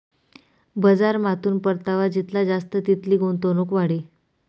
बजारमाथून परतावा जितला जास्त तितली गुंतवणूक वाढी